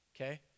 Okay